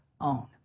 own